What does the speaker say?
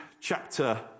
chapter